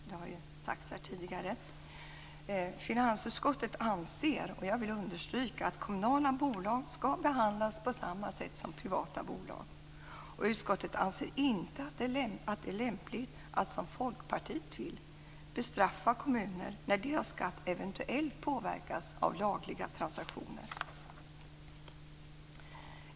Det har ju sagts här tidigare. Finansutskottet anser - och jag vill understryka det - att kommunala bolag ska behandlas på samma sätt som privata bolag. Utskottet anser inte att det är lämpligt att, som Folkpartiet vill, bestraffa kommuner när deras skatt eventuellt påverkas av lagliga transaktioner.